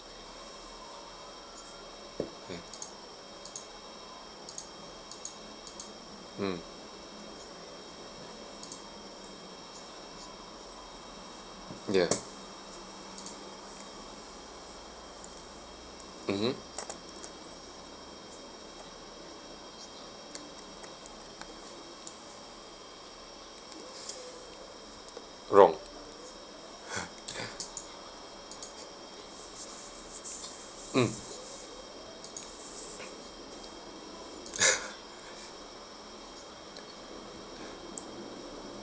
hmm mm ya mmhmm wrong mm